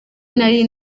nari